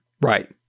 Right